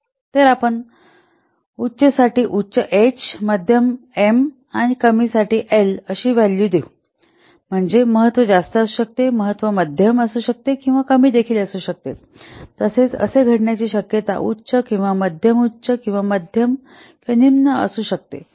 तर आपण उच्च साठी उच्च एच मध्यम एम आणि कमी एल अशी व्हॅलू देऊ शकतो म्हणजेच महत्त्व जास्त असू शकते आणि महत्त्व मध्यम असू शकते किंवा महत्त्व देखील कमी असू शकते तसेच असे घडण्याची शक्यता उच्च किंवा मध्यम उच्च मध्यम किंवा निम्न असू शकते